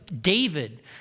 David